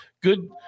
good